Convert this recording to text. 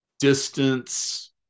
distance